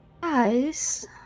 Guys